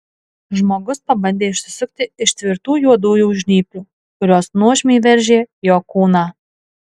žmogus pabandė išsisukti iš tvirtų juodųjų žnyplių kurios nuožmiai veržė jo kūną